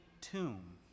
tomb